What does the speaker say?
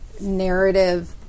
narrative